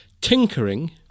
tinkering